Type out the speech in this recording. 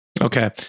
okay